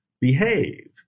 behave